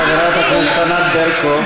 חברת הכנסת ענת ברקו.